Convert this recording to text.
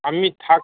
আমি থাক